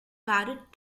padded